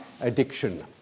addiction